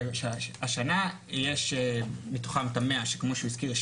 השנה יש מתוכם את ה-100 כמו שהוא הזכיר,